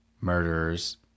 murderers